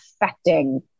affecting